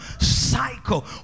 cycle